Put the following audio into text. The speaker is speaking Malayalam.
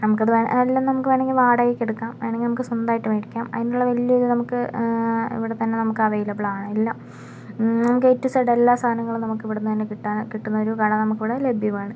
നമുക്കത് വെ അല്ല നമുക്ക് അത് വേണമെങ്കിൽ വാടകയ്ക്ക് എടുക്കാം വേണമെങ്കിൽ നമുക്ക് സ്വന്തമായിട്ട് മേടിക്കാം അതിനുള്ള വലിയ ഒരു നമുക്ക് ഇവിടെതന്നെ നമുക്ക് അവൈലബിളാണ് എല്ലാം നമുക്ക് എ ടു സഡ് എല്ലാ സാധനങ്ങളും നമുക്ക് ഇവിടുന്നു തന്നെ കിട്ടാൻ കിട്ടുന്നതിന് ഒരു കട നമുക്ക് ഇവിടെ ലഭ്യമാണ്